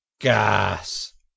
gas